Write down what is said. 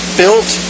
built